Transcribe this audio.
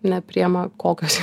nepriema kokios